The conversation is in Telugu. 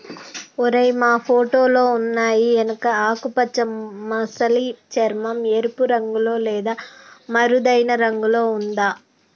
ఓరై మా ఫోటోలో ఉన్నయి ఎనుక ఆకుపచ్చ మసలి చర్మం, ఎరుపు రంగులో లేదా మరేదైనా రంగులో ఉందా